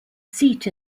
seat